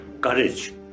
courage